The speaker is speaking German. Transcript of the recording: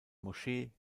moschee